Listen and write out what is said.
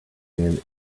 men